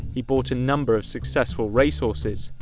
he bought a number of successful race horses.